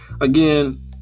again